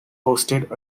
hosted